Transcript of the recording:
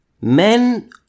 Men